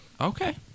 Okay